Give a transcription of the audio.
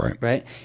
Right